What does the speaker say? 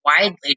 widely